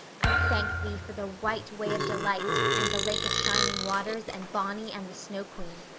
i thank thee for the white way of delight and the lake of shining waters and bonny and the snow queen.